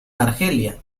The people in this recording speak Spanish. argelia